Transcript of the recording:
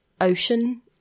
ocean